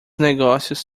negócios